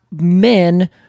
men